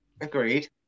agreed